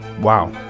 wow